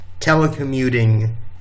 Telecommuting